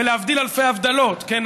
להבדיל אלפי הבדלות, כן?